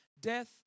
death